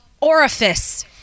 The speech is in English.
Orifice